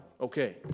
Okay